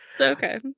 Okay